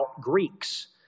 Greeks